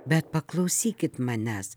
bet paklausykit manęs